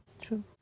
True